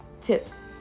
tips